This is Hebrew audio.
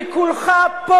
אבל אין לך הערכים האלה,